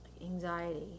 anxiety